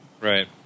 right